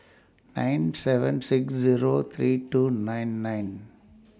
nine seven six Zero three two nine nine